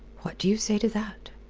what do you say to that?